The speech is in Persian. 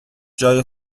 جای